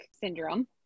syndrome